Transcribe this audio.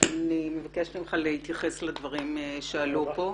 אני מבקשת ממך להתייחס לדברים שעלו פה.